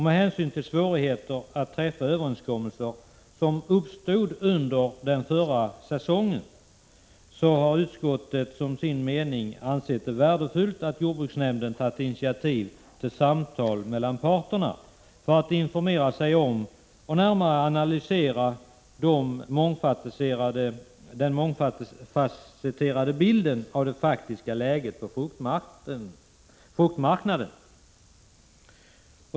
Med hänsyn till de svårigheter att träffa överenskommelse som uppstod under den förra säsongen är det enligt utskottets mening värdefullt att jordbruksnämnden tagit initiativ till samtal med parterna för att informera sig om och närmare analysera den mångfasetterade bilden av det faktiska läget på fruktmarknaden.